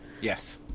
Yes